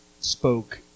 spoke